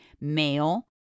male